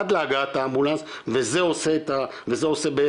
עד להגעת האמבולנס וזה עושה בעצם,